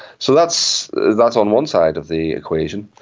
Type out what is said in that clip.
so that's that's on one side of the equation,